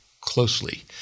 closely